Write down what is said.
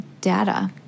data